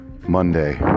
Monday